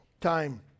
time